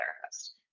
therapist